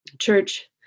Church